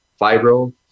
fibro